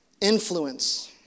influence